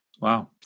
Wow